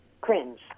cringe